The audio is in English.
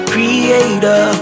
Creator